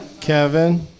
Kevin